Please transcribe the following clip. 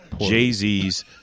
jay-z's